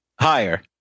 Higher